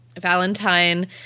Valentine